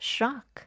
Shock